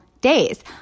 days